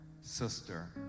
sister